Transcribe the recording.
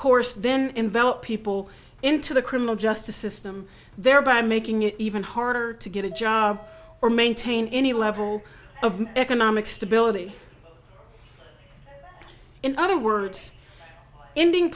course then envelop people into the criminal justice system thereby making it even harder to get a job or maintain any level of economic stability in other words ending